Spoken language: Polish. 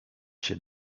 się